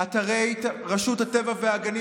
באתרי רשות הטבע והגנים,